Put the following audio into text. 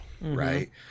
right